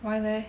why leh